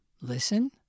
listen